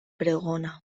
pregona